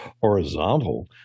horizontal